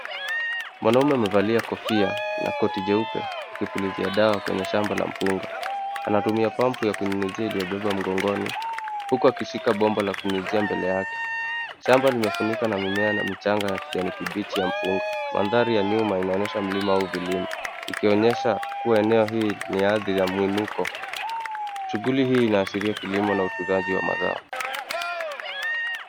Mwanaume amevalia kofia na koti jeupe akipulizia dawa kwenye shamba la mpunga ,anatumia pampu ya kunyunyuzia aliyobeba mgongoni huku akishika bomba la kunyunyuzia mbele yake shamba limefunikwa na mimea na michanga ya kijani kibichi ya mpunga. Mandhari ya nyuma inaonyesha mlima huu vilimo. ikionyesha kuwa eneo hili ni athari ya mwinuko shughuli hii inaashiria kilimo na utunzaji wa mazao.